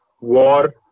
War